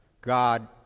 God